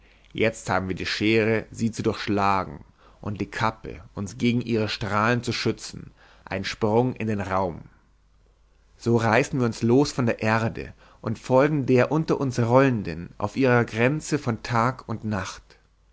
jetzt haben wir die schere sie zu durchschlagen und die kappe uns gegen ihre strahlen zu schützen ein sprung in den raum so reißen wir uns los von der erde und folgen der unter uns rollenden auf ihrer grenze von tag und nacht